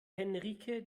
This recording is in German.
henrike